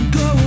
go